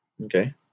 Okay